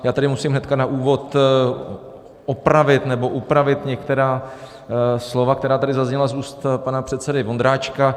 Já tady musím hned na úvod opravit, nebo upravit některá slova, která tady zazněla z úst pana předsedy Vondráčka.